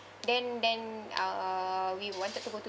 then then uh we wanted to go to